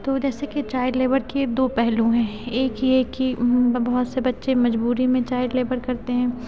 تو جیسے کہ چائلڈ لیبر کے دو پہلو ہیں ایک یہ کہ بہت سے بچے مجبوری میں چائلڈ لیبر کرتے ہیں